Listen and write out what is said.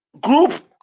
group